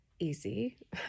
easy